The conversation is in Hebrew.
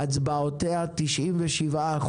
הצבעותיה 97%,